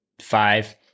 five